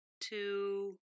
two